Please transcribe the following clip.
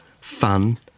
fun